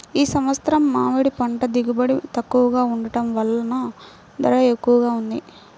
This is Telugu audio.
ఈ సంవత్సరం మామిడి పంట దిగుబడి తక్కువగా ఉండటం వలన ధర ఎక్కువగా ఉంది